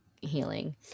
healing